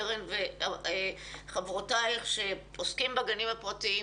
קרן וחברותיך שעוסקות בגנים הפרטיות,